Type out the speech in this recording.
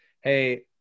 hey